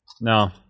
No